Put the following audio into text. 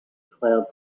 cloud